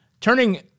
Turning